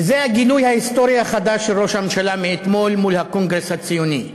וזה הגילוי ההיסטורי החדש של ראש הממשלה מאתמול מול הקונגרס הציוני.